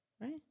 Right